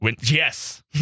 Yes